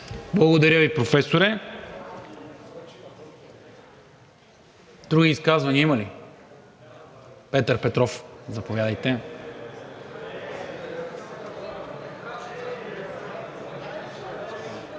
Благодаря Ви, професор Михайлов. Други изказвания има ли? Петър Петров – заповядайте.